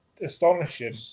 Astonishing